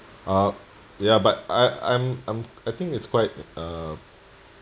uh ya but I I'm I'm I think it's quite uh